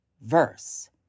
verse